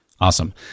Awesome